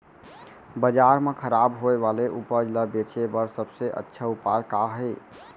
बाजार मा खराब होय वाले उपज ला बेचे बर सबसे अच्छा उपाय का हे?